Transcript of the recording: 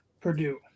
purdue